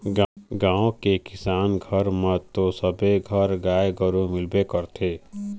गाँव के किसान घर म तो सबे घर गाय गरु मिलबे करथे